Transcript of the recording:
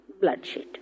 bloodshed